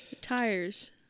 Tires